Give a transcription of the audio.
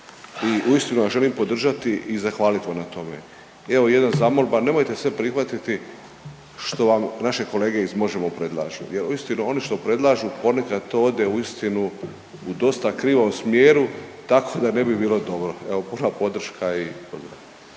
i uistinu vas želim podržati i zahvalit vam na tome. Evo jedna zamolba, nemojte sve prihvatiti što vam naše kolege iz Možemo! predlažu jel uistinu oni što predlažu ponekad to ode uistinu u dosta krivom smjeru, tako da ne bi bilo dobro, evo puna podrška i pozdrav.